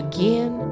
Again